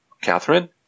Catherine